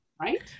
Right